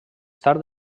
tard